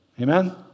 Amen